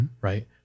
Right